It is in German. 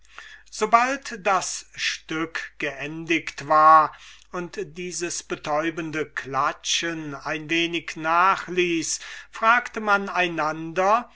sobald das stück geendigt war und das betäubende klatschen ein wenig nachließ fragte man